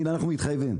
הנה, אנחנו מתחייבים.